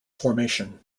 formation